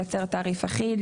לייצר תעריף אחיד,